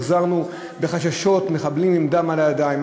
החזרנו בחששות מחבלים עם דם על הידיים.